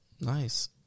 Nice